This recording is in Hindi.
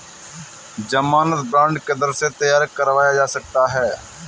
ज़मानत बॉन्ड किधर से तैयार करवाया जा सकता है?